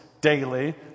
daily